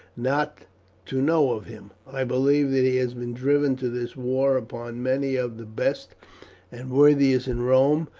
not to know of him. i believe that he has been driven to this war upon many of the best and worthiest in rome,